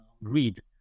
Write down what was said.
read